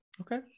Okay